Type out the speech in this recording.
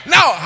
Now